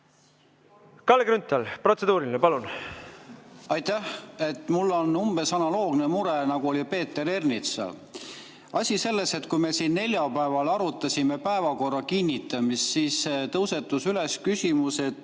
Kalle Grünthal, protseduuriline, palun! Aitäh! Mul on umbes analoogne mure, nagu oli Peeter Ernitsal. Asi on selles, et kui me siin neljapäeval arutasime päevakorra kinnitamist, siis tõusetus küsimus, et